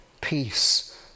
peace